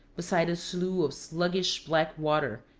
beside a slue of sluggish black water,